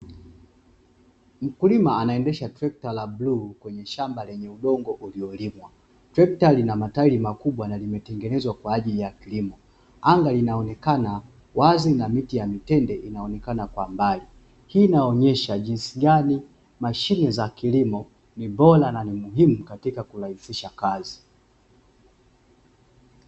Mkulima anaendesha trekta la bluu kwenye shamba lenye udongo uliolimwa, trekta lina matairi makubwa na limetengenezwa kwa ajili ya kilimo. Anga linaonekana wazi na miti ya mitende inaonekana kwa mbali. Hii inaonesha jinsi gani mashine za kilimo ni bora na muhimu katika kurahisisha kazi.